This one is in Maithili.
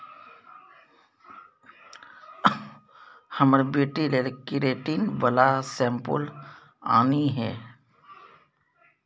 हमर बेटी लेल केरेटिन बला शैंम्पुल आनिहे